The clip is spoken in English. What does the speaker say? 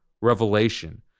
revelation